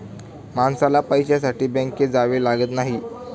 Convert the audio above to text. माणसाला पैशासाठी बँकेत जावे लागत नाही